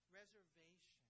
reservation